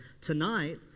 tonight